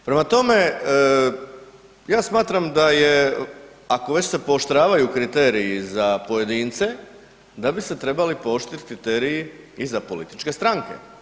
Prema tome, ja smatram da je, ako već se pooštravaju kriteriji za pojedince, da bi se trebali pooštriti kriteriji i za političke stranke.